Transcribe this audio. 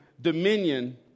dominion